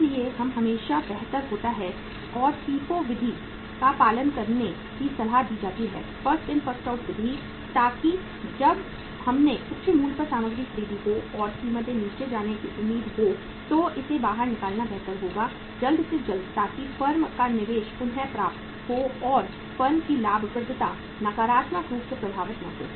इसलिए यह हमेशा बेहतर होता है और FIFO विधि का पालन करने की सलाह दी जाती है First In First Out विधि ताकि जब हमने उच्च मूल्य पर सामग्री खरीदी हो और कीमतें नीचे जाने की उम्मीद हो तो इसे बाहर निकालना बेहतर होगा जल्द से जल्द ताकि फर्म का निवेश पुनः प्राप्त हो और फर्म की लाभप्रदता नकारात्मक रूप से प्रभावित न हो